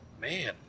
Man